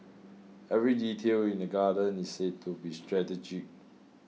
every detail in the garden is said to be strategic